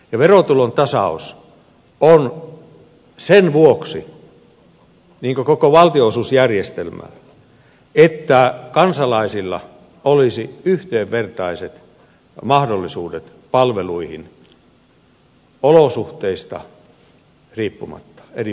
verotulontasaus on sen vuoksi niin kuin koko valtionosuusjärjestelmä että kansalaisilla olisi yhdenvertaiset mahdollisuudet palveluihin olosuhteista riippumatta eri puolilla maata